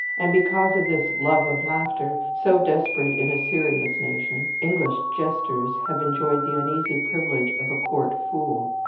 and because of this love of laughter, so desperate in a serious nation, english jesters have enjoyed the uneasy privileges of a court fool.